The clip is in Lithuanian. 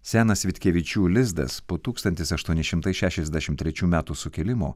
senas vitkievičių lizdas po tūkstantis aštuoni šimtai šešiasdešimt trečių metų sukilimo